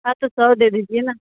हाँ तो सौ दे दीजिए ना